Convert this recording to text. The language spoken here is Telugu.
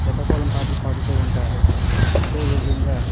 శ్రీకాకులం పాటలు పాడుతూ ఉంటారు అదే విధంగా